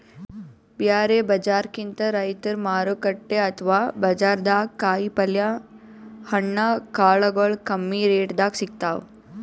ಬ್ಯಾರೆ ಬಜಾರ್ಕಿಂತ್ ರೈತರ್ ಮಾರುಕಟ್ಟೆ ಅಥವಾ ಬಜಾರ್ದಾಗ ಕಾಯಿಪಲ್ಯ ಹಣ್ಣ ಕಾಳಗೊಳು ಕಮ್ಮಿ ರೆಟೆದಾಗ್ ಸಿಗ್ತಾವ್